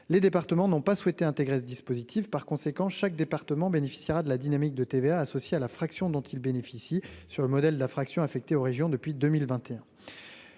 les départements n'ont pas souhaité intégrer ce dispositif, par conséquent, chaque département bénéficiera de la dynamique de TVA associée à la fraction dont ils bénéficient sur le modèle de la fraction affectée aux régions depuis 2021,